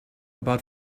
about